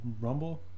rumble